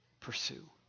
pursue